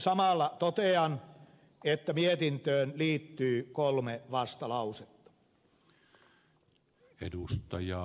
samalla totean että mietintöön liittyy kolme vastalausetta